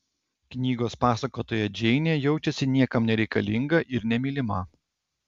knygos pasakotoja džeinė jaučiasi niekam nereikalinga ir nemylima